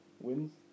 wins